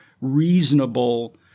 reasonable